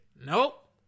nope